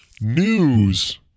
News